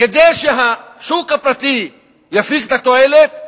כדי שהשוק הפרטי יפיק את התועלת,